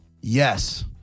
Yes